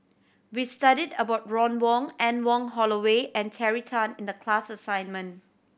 we studied about Ron Wong Anne Wong Holloway and Terry Tan in the class assignment